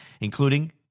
including